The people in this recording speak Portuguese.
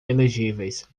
elegíveis